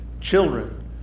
children